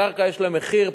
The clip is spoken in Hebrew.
הקרקע יש לה מחיר,